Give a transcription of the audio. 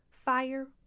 Fire